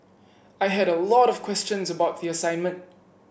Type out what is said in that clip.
I had a lot of questions about the assignment